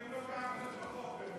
אתם לא תעמדו בחוק הזה,